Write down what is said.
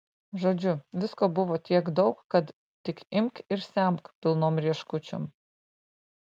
žodžiu visko buvo tiek daug kad tik imk ir semk pilnom rieškučiom